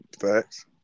Facts